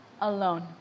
alone